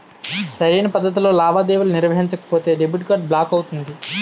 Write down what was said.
సరైన పద్ధతిలో లావాదేవీలు నిర్వహించకపోతే డెబిట్ కార్డ్ బ్లాక్ అవుతుంది